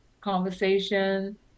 Conversation